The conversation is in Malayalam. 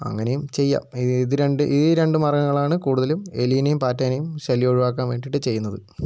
അങ്ങനെയും ചെയ്യാം ഇത് രണ്ട് ഈ രണ്ട് മാർഗ്ഗങ്ങളാണ് കൂടുതലും എലിയിനേയും പാറ്റേനേയും ശല്യം ഒഴിവാക്കാൻ വേണ്ടിയിട്ടു ചെയ്യുന്നത്